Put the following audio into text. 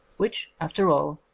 which, after all,